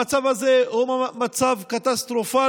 המצב הזה הוא מצב קטסטרופלי.